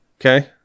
Okay